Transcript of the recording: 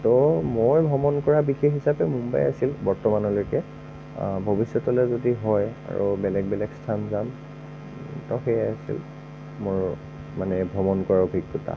ত' মই ভ্ৰমণ কৰা বিশেষ হিচাপে মুম্বাই আছিল বৰ্তমানলৈকে ভৱিষ্যতলৈ যদি হয় আৰু বেলেগ বেলেগ স্থান যাম সেইয়াই আছিল মোৰ মানে ভ্ৰমণ কৰা অভিজ্ঞতা